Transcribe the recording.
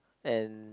and